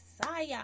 Messiah